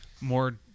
more